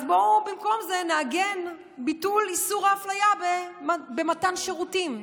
אז בואו במקום זה נעגן את ביטול איסור האפליה במתן שירותים,